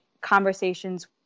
conversations